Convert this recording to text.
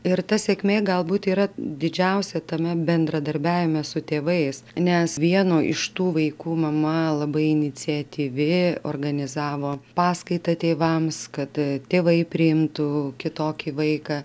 ir ta sėkmė galbūt yra didžiausia tame bendradarbiavime su tėvais nes vieno iš tų vaikų mama labai iniciatyvi organizavo paskaitą tėvams kad tėvai priimtų kitokį vaiką